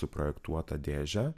suprojektuotą dėžę